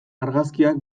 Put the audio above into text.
argazkiak